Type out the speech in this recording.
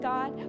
God